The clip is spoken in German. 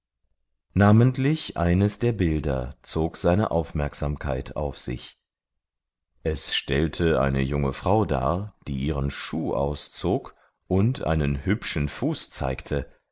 namentlich eines der bilder zog seine aufmerksamkeit auf sich es stellte eine frau dar die ihren schuh auszog und einen hübschen fuß zeigte